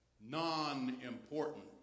non-important